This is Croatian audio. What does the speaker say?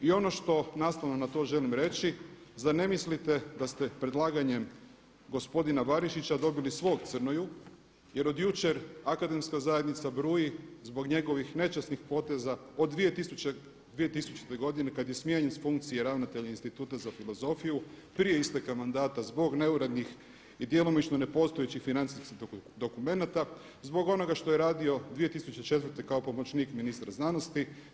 I ono što nastavno na to želim reći zar ne mislite da ste predlaganjem gospodina Barišića dobili svog Crnoju, jer od jučer akademska zajednica bruji zbog njegovih nečasnih poteza od 2000. godine kad je smijenjen s funkcije ravnatelja Instituta za filozofiju prije isteka mandata zbog neurednih i djelomično nepostojećih financijskih dokumenata, zbog onoga što je radio 2004. kao pomoćnik ministra znanosti.